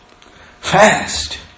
Fast